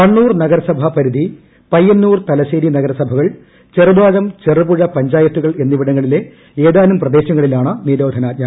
കണ്ണൂർ നഗരസഭാ പരിധി പയ്യന്നൂർ തലശ്ശേരി നഗരസഭകൾ ചെറുതാഴം ചെറുപുഴ പഞ്ചായത്തുകൾ എന്നിവിടങ്ങളിലെ ഏതാനും പ്രദേശങ്ങളിലാണ് നിരോധനാജ്ഞ